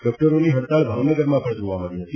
ડૉક્ટરોની હડતાલ ભાવનગરમાં પણ જોવા મળી હતી